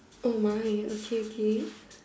oh my okay okay